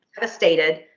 devastated